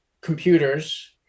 computers